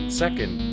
second